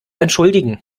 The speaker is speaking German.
entschuldigen